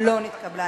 לא נתקבלה.